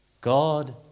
God